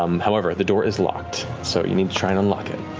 um however, the door is locked. so you need to try and unlock it.